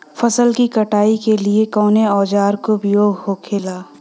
फसल की कटाई के लिए कवने औजार को उपयोग हो खेला?